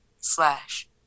slash